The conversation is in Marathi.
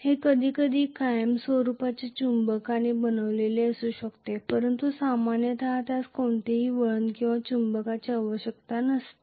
हे कधीकधी कायमस्वरुपाच्या चुंबकाने बनलेले असू शकते परंतु सामान्यत त्यास कोणत्याही वळण किंवा चुंबकाची आवश्यकता नसते